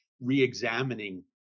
re-examining